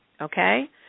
okay